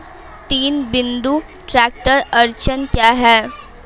तीन बिंदु ट्रैक्टर अड़चन क्या है?